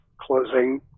closing